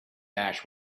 ash